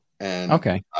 Okay